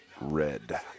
Red